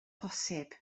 posib